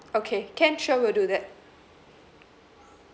okay can sure will do that